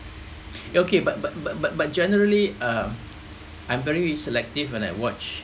okay but but but but but generally uh I'm very selective when I watch